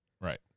Right